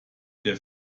der